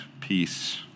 peace